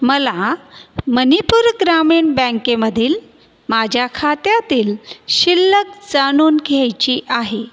मला मणिपूर ग्रामीण बँकेमधील माझ्या खात्यातील शिल्लक जाणून घ्यायची आहे